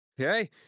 Okay